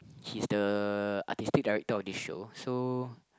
he's the artistic director of this show so